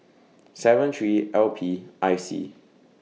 seven three L P I C